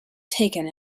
taken